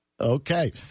Okay